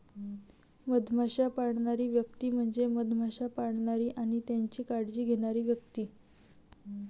मधमाश्या पाळणारी व्यक्ती म्हणजे मधमाश्या पाळणारी आणि त्यांची काळजी घेणारी व्यक्ती